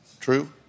True